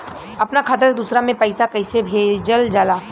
अपना खाता से दूसरा में पैसा कईसे भेजल जाला?